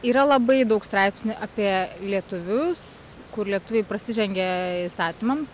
yra labai daug straipsnių apie lietuvius kur lietuviai prasižengia įstatymams